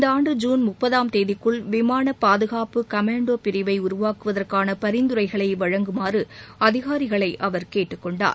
இந்த ஆண்டு ஜூன் முப்பதாம் தேதிக்குள் விமான பாதுகாப்பு கமாண்டோ பிரிவை உருவாக்குவதற்கான பரிந்துரைகளை வழங்குமாறு அதிகாரிகளை அவர் கேட்டுக்கொண்டார்